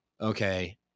okay